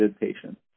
patient